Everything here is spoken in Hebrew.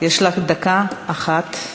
יש לך דקה אחת.